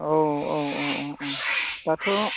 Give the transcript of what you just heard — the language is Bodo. औ औ औ औ दाथ'